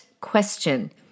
question